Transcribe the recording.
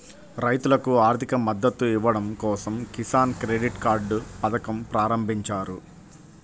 రైతులకు ఆర్థిక మద్దతు ఇవ్వడం కోసం కిసాన్ క్రెడిట్ కార్డ్ పథకం ప్రారంభించారు